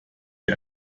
wie